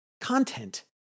content